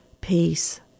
peace